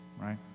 right